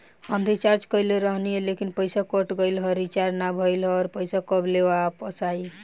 हम रीचार्ज कईले रहनी ह लेकिन पईसा कट गएल ह रीचार्ज ना भइल ह और पईसा कब ले आईवापस?